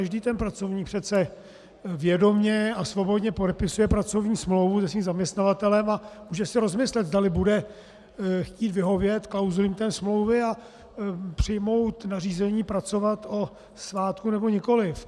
Každý pracovník přece vědomě a svobodně podepisuje pracovní smlouvu se svým zaměstnavatelem a může se rozmyslet, zdali bude chtít vyhovět klauzulím té smlouvy a přijmout nařízení pracovat o svátku, nebo nikoliv.